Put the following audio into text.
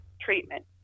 treatment